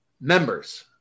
members